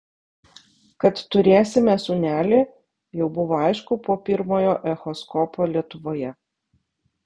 kad turėsime sūnelį jau buvo aišku po pirmojo echoskopo lietuvoje